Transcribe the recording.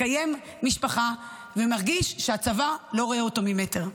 מקיים משפחה ומרגיש שהצבא לא רואה אותו ממטר.